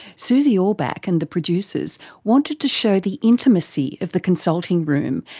susie orbach and the producers wanted to show the intimacy of the consulting room,